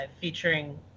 featuring